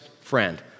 friend